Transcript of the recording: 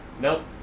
nope